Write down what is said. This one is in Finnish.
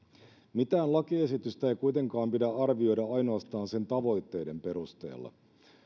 mitään lakiesitystä ei kuitenkaan pidä arvioida ainoastaan sen tavoitteiden perusteella